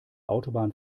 autobahn